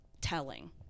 telling